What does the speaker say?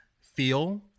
feel